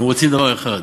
הם רוצים דבר אחד: